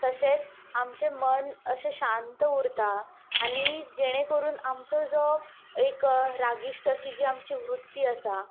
तशेंच आमचें मन अशें शांत उरता आनी जेणें करून आमचो जो एक रागिश्ट अशी जी आमची वृत्ती आसा